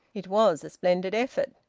it was a splendid effort.